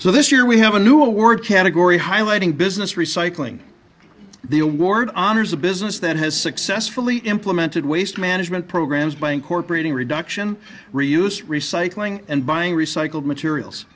so this year we have a new award category highlighting business recycling the award honors a business that has successfully implemented waste management programs by incorporating reduction reuse recycling and buying recycled materials